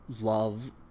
love